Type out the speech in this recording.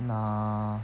nah